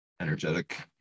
energetic